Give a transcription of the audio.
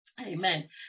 Amen